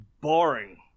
boring